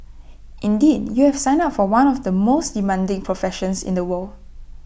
indeed you have signed up for one of the most demanding professions in the world